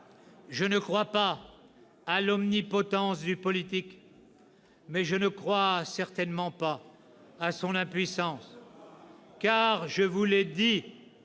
je ne crois pas à l'omnipotence du politique, mais je ne crois certainement pas à son impuissance. Je vous l'ai dit